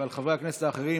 אבל חברי הכנסת האחרים,